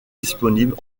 disponible